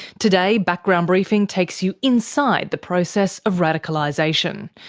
today, background briefing takes you inside the process of radicalisation.